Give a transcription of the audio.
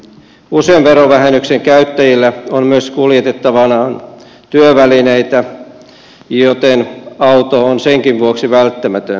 usein verovähennyksien käyttäjillä on myös kuljetettavanaan työvälineitä joten auto on senkin vuoksi välttämätön